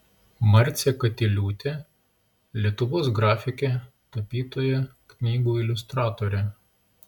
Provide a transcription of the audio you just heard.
marcė katiliūtė lietuvos grafikė tapytoja knygų iliustratorė